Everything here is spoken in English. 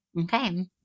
Okay